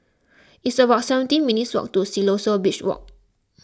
it's about seventeen minutes' walk to Siloso Beach Walk